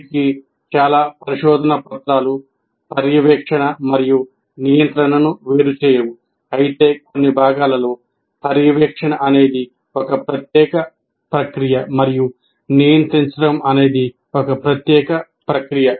నేటికీ చాలా పరిశోధనా పత్రాలు పర్యవేక్షణ మరియు నియంత్రణను వేరు చేయవు అయితే కొన్ని భాగాలలో పర్యవేక్షణ అనేది ఒక ప్రత్యేక ప్రక్రియ మరియు నియంత్రించడం అనేది ఒక ప్రత్యేక ప్రక్రియ